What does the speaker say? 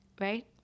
right